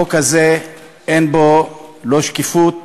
החוק הזה אין בו לא שקיפות